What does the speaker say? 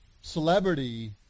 celebrity